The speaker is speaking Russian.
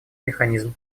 механизм